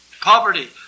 poverty